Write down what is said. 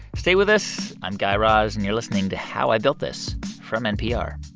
stay with us. i'm guy raz, and you're listening to how i built this from npr